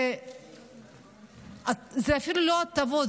זה אפילו לא הטבות,